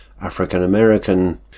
African-American